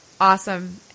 Awesome